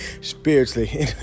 Spiritually